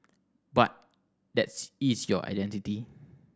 but that's is your identity